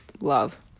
love